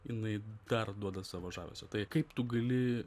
jinai perduoda savo žavesio tai kaip tu gali